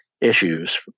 issues